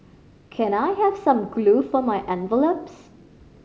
can I have some glue for my envelopes